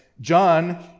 John